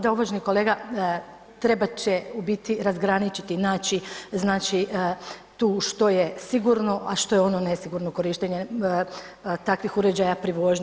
Da, uvaženi kolega, trebat će u biti razgraničiti naći, znači tu što je sigurno, a što je ono nesigurno korištenje takvih uređaja pri vožnji.